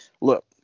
Look